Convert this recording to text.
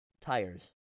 tires